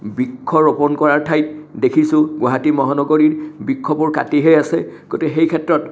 বৃক্ষ ৰোপণ কৰাৰ ঠাইত দেখিছো গুৱাহাটী মহানগৰীৰ বৃক্ষবোৰ কাটিহে আছে গতিকে সেই ক্ষেত্ৰত